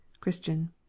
CHRISTIAN